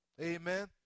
Amen